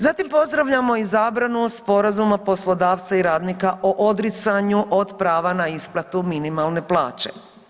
Zatim pozdravljamo i zabranu sporazuma poslodavca i radnika o odricanju od prava na isplatu minimalne plaće.